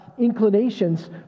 inclinations